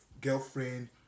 girlfriend